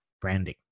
branding